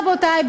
רבותי,